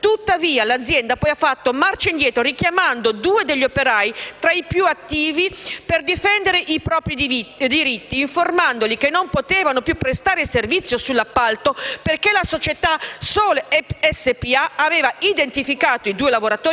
Tuttavia, l'azienda ha poi fatto marcia indietro, richiamando due degli operai, tra i più attivi nel difendere i propri diritti, informandoli che non potevano più prestare servizio sull'appalto perché la società Sole SpA li aveva identificati